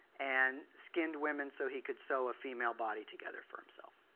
and skinned women so he could sew a female body together for himself.